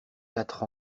quatre